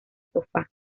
sofá